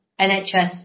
NHS